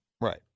right